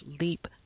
Leap